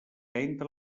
entra